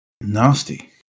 Nasty